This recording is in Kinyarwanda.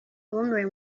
bumiwe